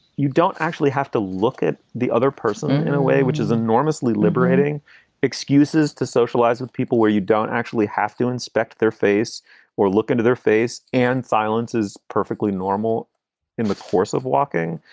you don't actually have to look at the other person in a way which is enormously liberating excuses to socialize with people where you don't actually have to inspect their face or look into their face and silence is perfectly normal in the course of walking.